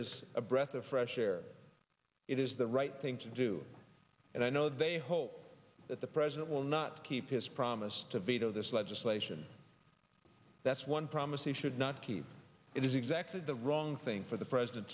is a breath of fresh air it is the right thing to do and i know they hope that the president will not keep his promise to veto this legislation that's one promise he should not keep it is exactly the wrong thing for the president